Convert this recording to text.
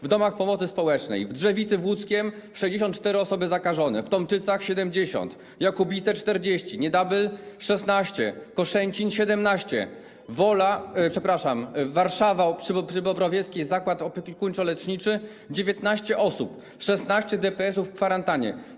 W domach pomocy społecznej w Drzewicy w Łódzkiem - 64 osoby zakażone, w Tomczycach - 70, Jakubowice - 40, Niedabyl - 16, Koszęcin - 17, Wola, przepraszam, Warszawa przy Bobrowieckiej zakład opiekuńczo-leczniczy - 19 osób, 16 DPS-ów w kwarantannie.